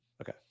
Okay